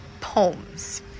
poems